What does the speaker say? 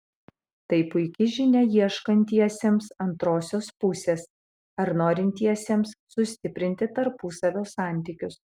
tai puiki žinia ieškantiesiems antrosios pusės ar norintiesiems sustiprinti tarpusavio santykius